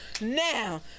Now